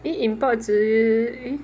eh in 报纸